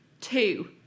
two